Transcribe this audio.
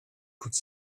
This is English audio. could